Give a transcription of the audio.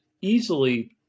easily